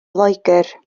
loegr